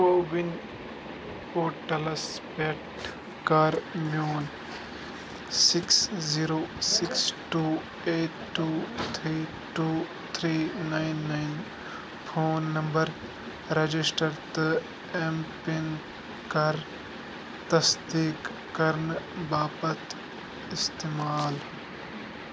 CoWIN پورٹلَس پٮ۪ٹھ کَر میون six zero six two eight two three two three nine nine phone number register تہٕ اٮ۪م پِن کَر تصدیٖق کَرنہٕ باپتھ اِستعمال